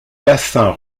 bassin